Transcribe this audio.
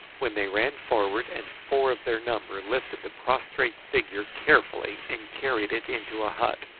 when they ran forward and four of their number lifted the prostrate figure carefully and carried it into a hut.